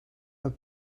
een